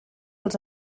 els